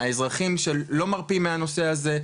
האזרחים שלא מרפים מהנושא הזה,